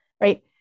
Right